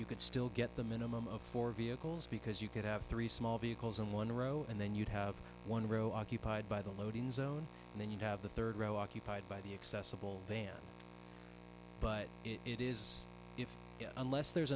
you could still get the minimum of four vehicles because you could have three small vehicles in one row and then you'd have one row occupied by the loading zone and then you'd have the third row occupied by the accessible van but it is if unless there's